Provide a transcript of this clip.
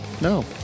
No